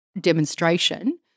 demonstration